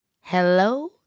Hello